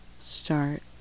start